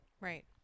right